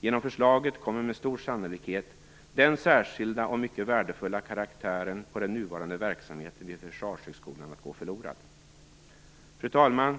Genom förslaget kommer med stor sannolikhet den särskilda och mycket värdefulla karaktären på den nuvarande verksamheten vid Försvarshögskolan att gå förlorad. Fru talman!